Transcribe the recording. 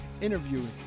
interviewing